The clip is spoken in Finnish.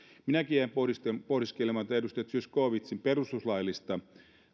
minäkin jäin pohdiskelemaan edustaja zyskowiczin perustuslaillista